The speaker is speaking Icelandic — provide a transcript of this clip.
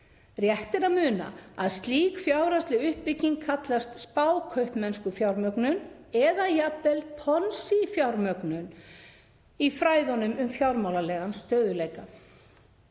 Rétt er að muna að slík fjárhagsleg uppbygging kallast spákaupmennskufjármögnun eða jafnvel Ponzi-fjármögnun í fræðunum um fjármálalegan stöðugleika